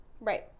Right